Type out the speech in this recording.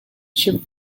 shift